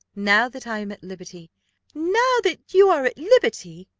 now that i am at liberty now that you are at liberty,